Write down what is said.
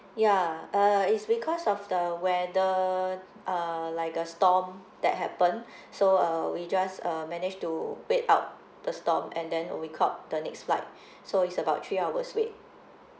ya uh it's because of the weather uh like a storm that happened so uh we just uh managed to wait out the storm and then uh wait out the next flight so it's about three hours wait